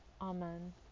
Amen